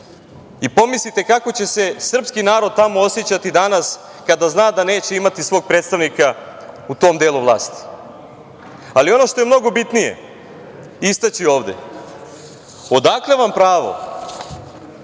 i pomislite kako će se srpski narod tamo osećati danas kada zna da neće imati svog predstavnika u tom delu vlasti. Ono što je mnogo bitnije istaći ovde – odakle vam pravo